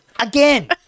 again